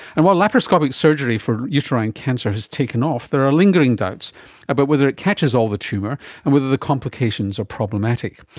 and while laparoscopic surgery for uterine cancer has taken off, there are lingering doubts about whether it catches all the tumour and whether the complications are problematic.